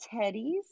Teddy's